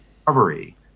discovery